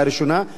השאלה השנייה,